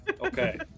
Okay